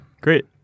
great